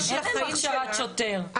אין להם הכשרה של שוטר.